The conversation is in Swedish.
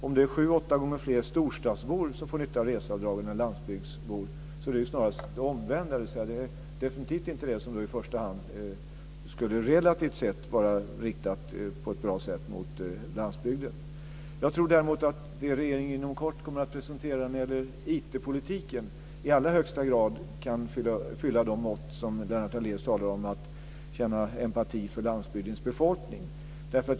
Om det är sju åtta gånger fler storstadsbor än landsbygdsbor som får nytta av reseavdragen är det snarast det omvända. Det blir definitivt inte det som i första hand relativt sett skulle vara riktat på ett bra sätt till landsbygden. Jag tror däremot att det som regeringen inom kort kommer att presentera när det gäller IT-politiken i allra högsta grad kan fylla de mått som Lennart Daléus talar om i fråga om att känna empati för landsbygdens befolkning.